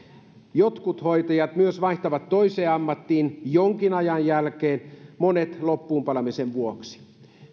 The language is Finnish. jotkut hoitajat myös vaihtavat toiseen ammattiin jonkin ajan jälkeen monet loppuunpalamisen vuoksi